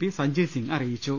P Sanjay Singh അറിയിച്ചു